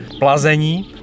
plazení